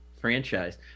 franchise